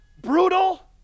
brutal